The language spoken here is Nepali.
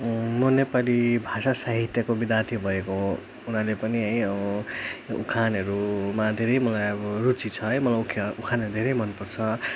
म नेपाली भाषा साहित्यको विद्यार्थी भएको हुनाले पनि है उखानहरूमा धेरै मलाई अब रुचि छ है मलाई उख् उखानहरू धेरै मनपर्छ